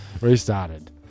Restarted